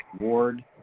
Ward